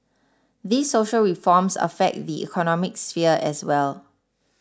these social reforms affect the economic sphere as well